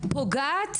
פוגעת